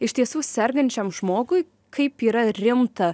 iš tiesų sergančiam žmogui kaip yra rimta